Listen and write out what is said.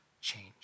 change